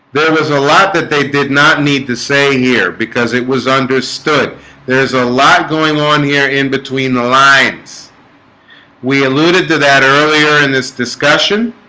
there was a lot that they did not need to say here because it was understood there's a lot going on here in between the lines we alluded to that earlier in this discussion